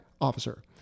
officer